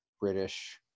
British